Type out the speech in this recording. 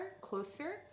closer